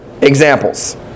examples